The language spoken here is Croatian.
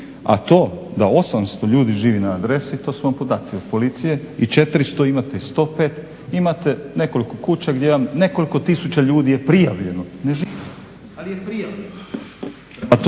A to da 800 ljudi živi na adresi to su vam podaci od policije. I 400, imate i 105, imate nekoliko kuća gdje vam nekoliko tisuća ljudi je prijavljeno, ne živi, ali je prijavljeno.